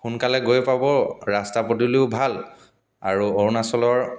সোনকালে গৈ পাব ৰাস্তা পদূলিও ভাল আৰু অৰুণাচলৰ